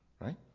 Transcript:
right